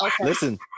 Listen